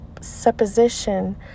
supposition